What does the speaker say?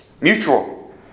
Mutual